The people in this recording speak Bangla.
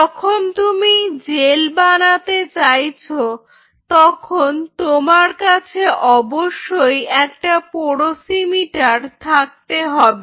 যখন তুমি জেল বানাতে চাইছো তখন তোমার কাছে অবশ্যই একটা পোরোসিমিটার থাকতে হবে